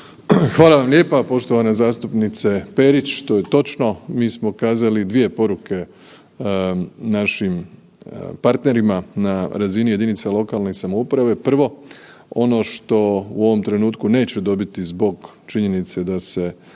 Hvala vam lijepa, poštovana zastupnice Perić to je točno, mi smo kazali dvije poruke našim partnerima na razini jedinica lokalne samouprave. Prvo ono što u ovom trenutku neće dobiti zbog činjenice da se